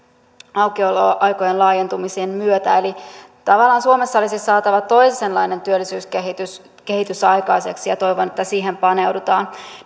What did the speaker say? aukioloaikojen laajentumisien myötä eli tavallaan suomessa olisi saatava toisenlainen työllisyyskehitys aikaiseksi ja toivon että siihen paneudutaan